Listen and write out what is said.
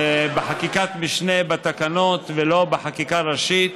בחקיקת משנה, בתקנות, ולא בחקיקה ראשית.